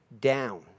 down